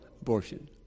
abortion